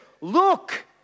look